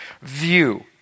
view